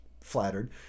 flattered